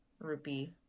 Rupee